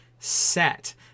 set